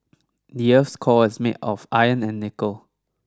the earth's core is made of iron and nickel